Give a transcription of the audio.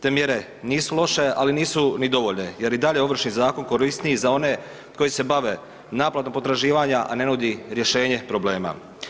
Te mjere nisu loše, ali nisu ni dovoljne jer i dalje Ovršni zakon je korisniji za one koji se bave naplatom potraživanja, a ne nudi rješenje problema.